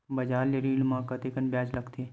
बजार ले ऋण ले म कतेकन ब्याज लगथे?